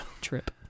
Trip